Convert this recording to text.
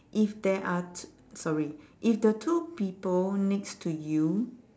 if there are t~ sorry if the two people next to you